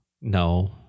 No